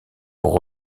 pour